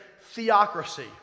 theocracy